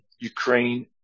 Ukraine